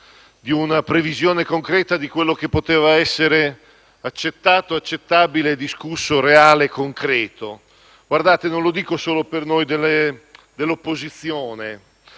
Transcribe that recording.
di una previsione concreta di quello che poteva essere accettato, accettabile, discusso, reale e concreto. Guardate, non lo dico solo per noi dell'opposizione,